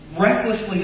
recklessly